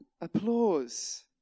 applause